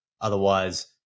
Otherwise